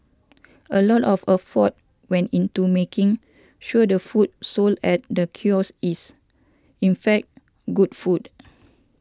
a lot of afford went into making sure the food sold at the kiosk is in fact good food